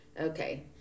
okay